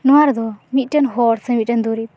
ᱱᱚᱶᱟ ᱨᱮᱫᱚ ᱢᱤᱫᱴᱮᱱ ᱦᱚᱲ ᱥᱮ ᱢᱤᱫᱴᱮᱱ ᱫᱩᱨᱤᱵᱽ